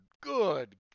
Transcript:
good